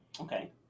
Okay